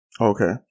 Okay